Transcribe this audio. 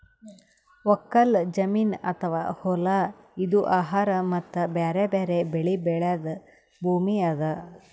ಒಕ್ಕಲ್ ಜಮೀನ್ ಅಥವಾ ಹೊಲಾ ಇದು ಆಹಾರ್ ಮತ್ತ್ ಬ್ಯಾರೆ ಬ್ಯಾರೆ ಬೆಳಿ ಬೆಳ್ಯಾದ್ ಭೂಮಿ ಅದಾ